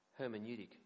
hermeneutic